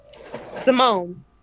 Simone